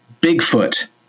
Bigfoot